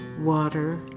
water